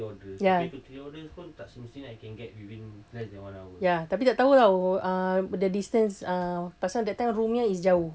ya ya tapi tak tahu tahu uh the distance uh pasal that time roo punya is jauh